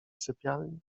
sypialni